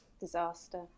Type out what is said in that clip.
Disaster